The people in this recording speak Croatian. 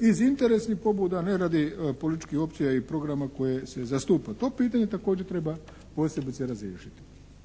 iz interesnih pobuda ne radi političkih opcija i programa kojeg se zastupa. To pitanje također treba posebice razriješiti.